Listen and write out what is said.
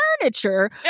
furniture